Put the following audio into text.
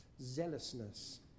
Zealousness